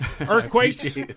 earthquakes